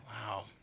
Wow